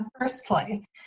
Firstly